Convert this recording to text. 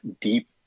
deep